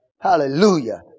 hallelujah